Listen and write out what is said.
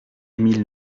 emile